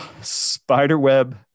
spiderweb